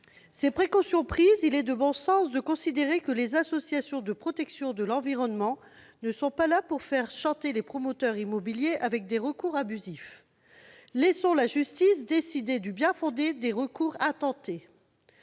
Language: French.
Ces précautions étant prises, il est de bon sens de considérer que les associations de protection de l'environnement ne sont pas là pour faire chanter les promoteurs immobiliers au moyen des recours abusifs. Laissons la justice décider du bien-fondé des recours intentés.